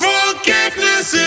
Forgiveness